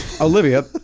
Olivia